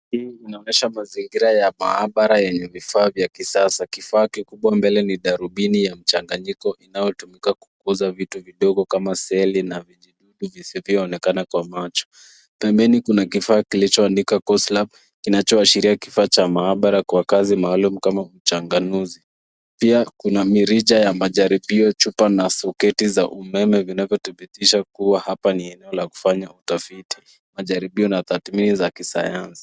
Hii inaonyesha mazingira ya maabara yenye vifaa vya kisasa. Kifaa kikubwa mbele ni darubini ya mchanganyiko inaotumika kukuza vitu vidogo kama seli na vijidudu visivyo onekana kwa macho. Pembeni kuna kifaa kilicho andikwa Coast Lab kinacho ashiria kifaa cha maabara kwa kazi maalum kama mchanganuzi. Pia kuna mirija ya majaribio chupa na soketi za umeme vinavyo thibitishwa kuwa hapa ni eneo la kufanya utafiti. Majaribio na tathmini za kisayansi.